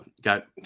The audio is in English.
Got